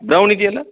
brown ಇದಿಯಲ್ಲ